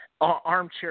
armchair